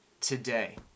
today